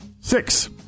Six